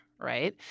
right